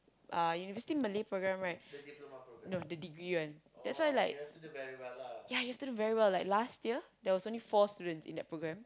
uh university Malay programme right no the degree one that's why like ya you have to do very well like last year there was only four students in that programme